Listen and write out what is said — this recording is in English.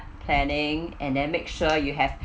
planning and then make sure you have